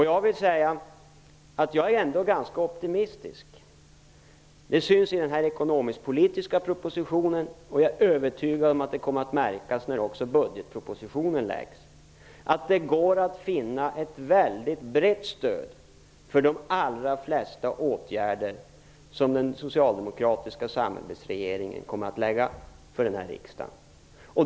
Jag är ändå ganska optimistisk. Det syns i den ekonomiskpolitiska propositionen, och jag är övertygad om att det kommer att märkas när också budgetpropositionen läggs fram. Det går att finna ett mycket brett stöd för de allra flesta åtgärder som den socialdemokratiska regeringen kommer att lägga fram för detta riksmöte.